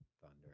Thunder